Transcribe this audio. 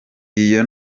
iyo